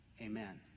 Amen